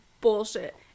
bullshit